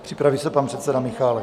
Připraví se pan předseda Michálek.